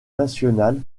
nationale